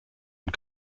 und